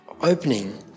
opening